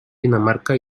dinamarca